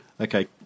Okay